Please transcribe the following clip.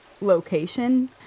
location